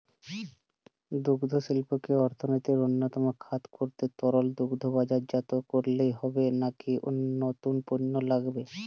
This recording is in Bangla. দুগ্ধশিল্পকে অর্থনীতির অন্যতম খাত করতে তরল দুধ বাজারজাত করলেই হবে নাকি নতুন পণ্য লাগবে?